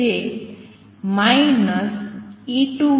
જે ℏ છે